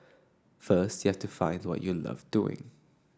first you have to find what you love doing